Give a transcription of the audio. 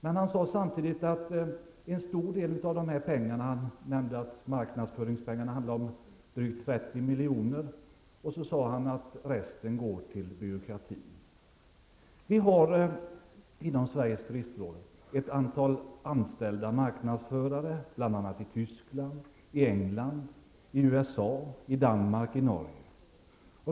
Men samtidigt sade han att en stor del av dessa pengar går till byråkratin -- endast drygt 30 milj.kr. går till marknadsföringen. Vi har inom Sveriges turistråd ett antal anställda marknadsförare, bl.a. i Tyskland, England, USA, Danmark och Norge.